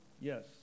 Yes